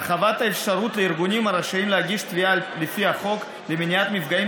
הרחבת האפשרות לארגונים הרשאים להגיש תביעה לפי החוק למניעת מפגעים